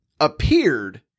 appeared